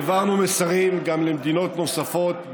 העברנו מסרים גם למדינות נוספות,